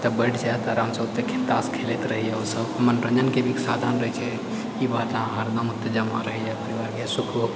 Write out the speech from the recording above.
ओतऽ बैठ जाएत आरामसँ ओतऽ खेलैत रहैए ओ सब मनोरञ्जनके भी साधन रहै छै हरदम जमा रहैए सुखो